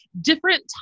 different